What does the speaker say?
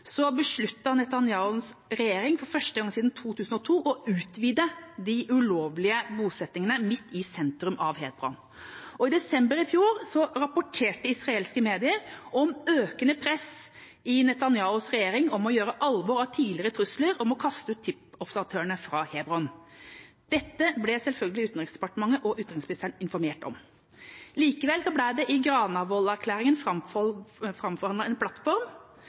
regjering, for første gang siden 2002, å utvide de ulovlige bosetningene midt i sentrum av Hebron. Og i desember i fjor rapporterte israelske medier om økende press i Netanyahus regjering om å gjøre alvor av tidligere trusler om å kaste ut TIPH-observatørene fra Hebron. Dette ble selvfølgelig Utenriksdepartementet og utenriksministeren informert om. Likevel ble det på Granavolden framforhandlet en